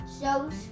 shows